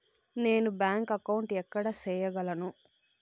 నేను bank account ఎక్కడ సేయగలను